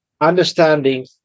understanding